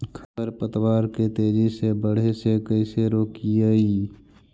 खर पतवार के तेजी से बढ़े से कैसे रोकिअइ?